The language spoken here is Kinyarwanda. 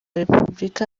repubulika